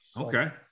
okay